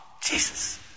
Jesus